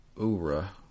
ura